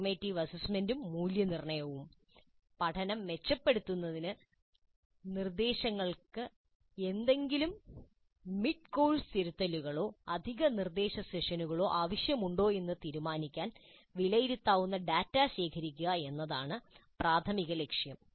formative അസസ്മെന്റും മൂല്യനിർണ്ണയവും പഠനം മെച്ചപ്പെടുത്തുന്നതിന് നിർദ്ദേശങ്ങൾക്ക് എന്തെങ്കിലും മിഡ്കോഴ്സ് തിരുത്തലോ അധിക നിർദ്ദേശ സെഷനുകളോ ആവശ്യമുണ്ടോ എന്ന് തീരുമാനിക്കാൻ വിലയിരുത്താവുന്ന ഡാറ്റ ശേഖരിക്കുക എന്നതാണ് പ്രാഥമിക ലക്ഷ്യം